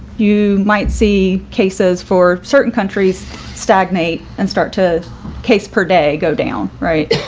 you might see cases for certain countries stagnate and start to case per day go down, right.